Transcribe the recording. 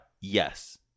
Yes